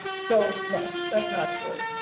so no, that's not true.